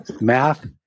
Math